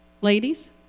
Ladies